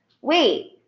Wait